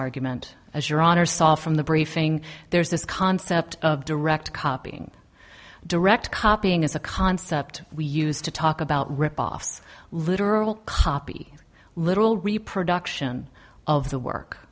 argument as your honor saw from the briefing there's this concept of direct copying direct copying as a concept we used to talk about rip offs literal copy literal reproduction of the work